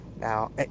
now